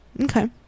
okay